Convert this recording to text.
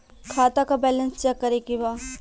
खाता का balance check करे के बा?